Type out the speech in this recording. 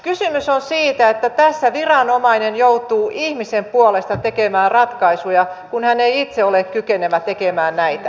kysymys on siitä että tässä viranomainen joutuu ihmisen puolesta tekemään ratkaisuja kun hän ei itse ole kykenevä tekemään näitä